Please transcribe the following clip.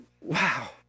Wow